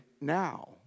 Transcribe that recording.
now